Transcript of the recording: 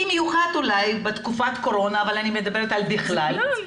במיוחד בתקופת קורונה אבל אני מדברת על בכלל,